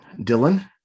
Dylan